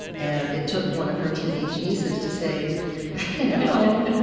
and it took one of her teenage nieces to say, you know,